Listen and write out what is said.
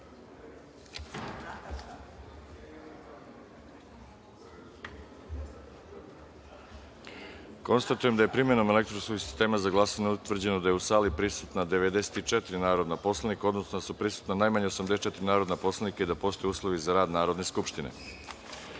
glasanje. Konstatujem da je, primenom elektronskog sistema za glasanje, utvrđeno da je u sali prisutno 94 narodna poslanika, odnosno da su prisutna najmanje 84 narodna poslanika i da postoje uslovi za rad Narodne skupštine. Da